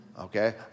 Okay